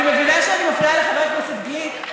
אני מבינה שאני מפריעה לחבר הכנסת גליק.